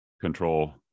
control